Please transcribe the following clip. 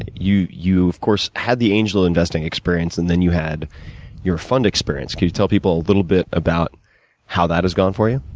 and you you of course, had the angel investing experience, and then you had your fund experience. can you tell people a little bit about how that has gone for you?